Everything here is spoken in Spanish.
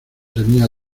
tenía